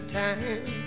time